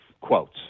quotes